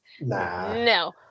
no